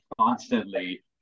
constantly